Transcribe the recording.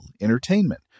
entertainment